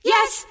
Yes